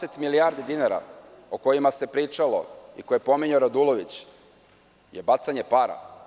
Dvadeset milijardi dinara, o kojima se pričalo i koje je pominjao Radulović, je bacanje para.